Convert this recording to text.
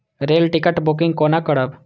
Rail ticket booking कोना करब?